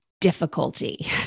difficulty